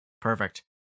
Perfect